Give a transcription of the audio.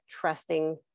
trusting